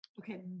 Okay